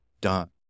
done